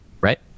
Right